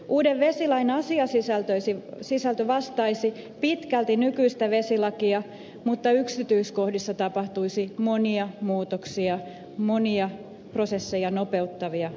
uuden vesilain asiasisältö vastaisi pitkälti nykyistä vesilakia mutta yksityiskohdissa tapahtuisi monia muutoksia monia prosesseja nopeuttavia muutoksia